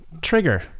Trigger